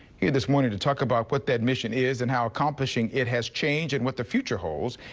here this morning to talk about what that mission is and how accomplishing it has changed and what the future holds.